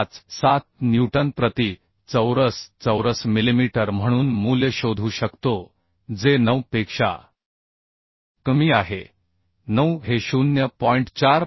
57 newton प्रति millimetre चौरस म्हणून मूल्य शोधू शकतो जे 9 पेक्षा कमी आहे 9 हे 0